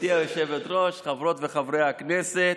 גברתי היושבת-ראש, חברות וחברי הכנסת,